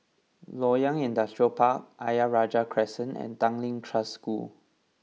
Loyang Industrial Park Ayer Rajah Crescent and Tanglin Trust School